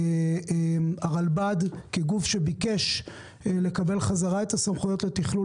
והרלב"ד כגוף שביקש לקבל חזרה את הסמכויות לתכלול